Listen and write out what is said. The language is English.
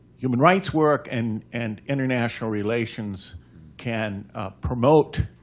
human rights work and and international relations can promote